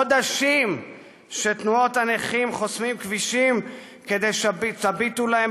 חודשים שתנועות הנכים חוסמות כבישים כדי שתביטו להם